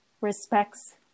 respects